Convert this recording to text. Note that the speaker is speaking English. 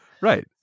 Right